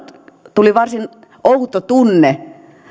tuli varsin outo tunne